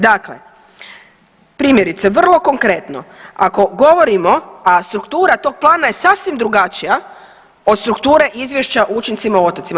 Dakle, primjerice vrlo konkretno, ako govorimo, a struktura tog plana je sasvim drugačija od strukture izvješća o učincima o otocima.